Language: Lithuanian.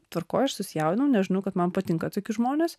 tvarkoj aš susijaudinau nes žinau kad man patinka tokie žmonės